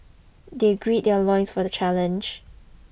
they gird their loins for the challenge